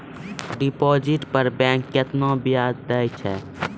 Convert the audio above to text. Deposit पर bank केतना ब्याज दै छै?